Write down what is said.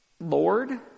Lord